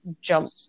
jump